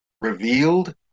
revealed